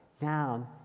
down